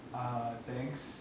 ah thanks